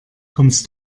kommst